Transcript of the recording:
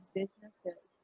businesses